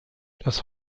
das